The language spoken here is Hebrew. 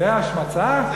זו השמצה?